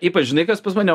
ypač žinai kas pas mane